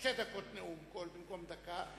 שתי דקות נאום במקום דקה.